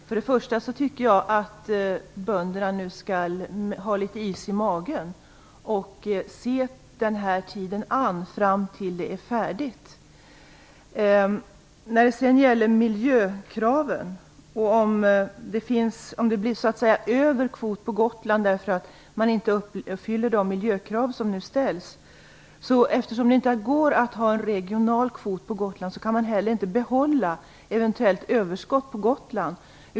Fru talman! Först och främst tycker jag att bönderna nu skall ha litet is i magen och se tiden an fram tills fördelningen är färdig. När det sedan gäller miljökraven och frågan om det blir kvot över på Gotland därför att man inte uppfyller de miljökrav som nu ställs, vill jag säga att man inte kan behålla eventuellt överskott på Gotland, eftersom det inte går att ha en regional kvot på Gotland.